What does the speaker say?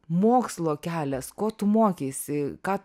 mokslo kelias ko tu mokeisi ką